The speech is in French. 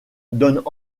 donnent